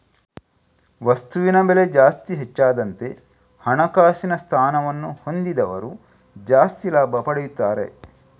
ವಸ್ತುವಿನ ಬೆಲೆ ಜಾಸ್ತಿ ಹೆಚ್ಚಾದಂತೆ ಹಣಕಾಸಿನ ಸ್ಥಾನವನ್ನ ಹೊಂದಿದವರು ಜಾಸ್ತಿ ಲಾಭ ಪಡೆಯುತ್ತಾರೆ